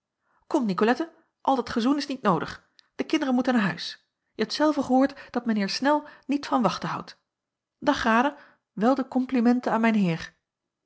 nicolette al dat gezoen is niet noodig de kinderen moeten naar huis je hebt zelve gehoord dat mijn heer snel niet van wachten houdt dag grada wel de komplimenten aan mijn heer